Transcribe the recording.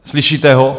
Slyšíte ho?